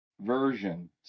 version